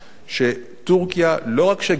שטורקיה לא רק שגינתה,